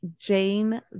Jane